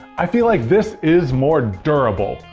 i feel like this is more durable.